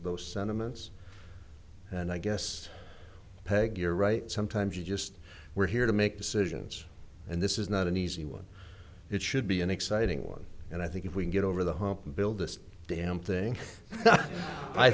those sentiments and i guess peg you're right sometimes you just we're here to make decisions and this is not an easy one it should be an exciting one and i think if we get over the hump and build this dam thing i